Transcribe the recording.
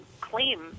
claim